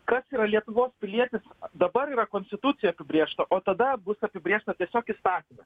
kas yra lietuvos pilietis dabar yra konstitucijoj apibrėžta o tada bus apibrėžta tiesiog įsakyme